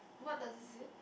what does it say